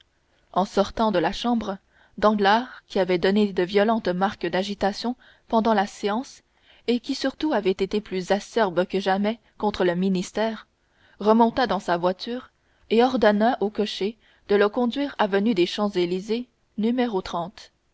en sortant de la chambre danglars qui avait donné de violentes marques d'agitation pendant la séance et qui surtout avait été plus acerbe que jamais contre le ministère remonta dans sa voiture et ordonna au cocher de le conduire avenue des champs-élysées